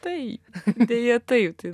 taip deja taip tai